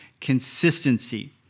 consistency